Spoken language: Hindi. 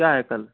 क्या है कल